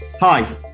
Hi